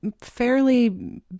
fairly